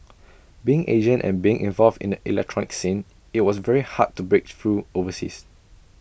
being Asian and being involved in the electronic scene IT was very hard to break through overseas